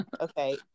okay